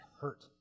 hurt